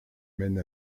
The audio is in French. mène